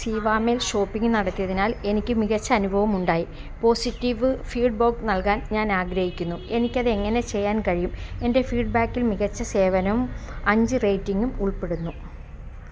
Zivame shopping നടത്തിയതിനാൽ എനിക്ക് മികച്ച അനുഭവമുണ്ടായി പോസിറ്റീവ് ഫീഡ്ബോക് നൽകാൻ ഞാൻ ആഗ്രഹിക്കുന്നു എനിക്ക് അതെങ്ങനെ ചെയ്യാൻ കഴിയും എന്റെ ഫീഡ്ബാക്കിൽ മികച്ച സേവനം അഞ്ച് റേറ്റിങ്ങും ഉൾപ്പെടുന്നു